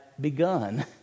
begun